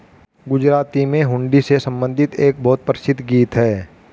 गुजराती में हुंडी से संबंधित एक बहुत प्रसिद्ध गीत हैं